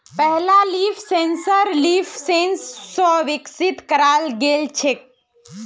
पहला leaf sensor LeafSense स विकसित कराल गेल छेक